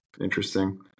interesting